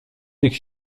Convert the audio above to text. tych